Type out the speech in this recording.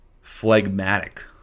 phlegmatic